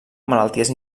malalties